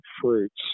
fruits